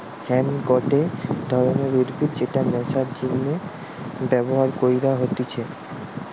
hemp গটে ধরণের উদ্ভিদ যেটা নেশার জিনে ব্যবহার কইরা হতিছে